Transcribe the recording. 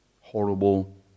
horrible